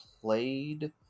played